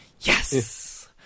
Yes